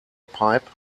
pipe